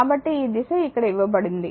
కాబట్టి ఈ దిశ ఇక్కడ ఇవ్వబడింది